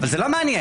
זה לא מעניין.